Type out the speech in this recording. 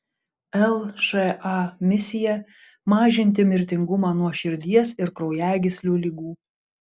lša misija mažinti mirtingumą nuo širdies ir kraujagyslių ligų